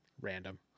Random